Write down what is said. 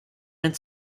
and